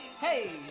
Hey